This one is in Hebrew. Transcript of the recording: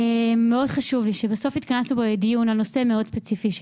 מאוד חשוב לי שבסוף התכנסנו לדיון על נושא מאוד ספציפי,